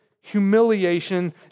humiliation